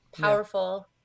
Powerful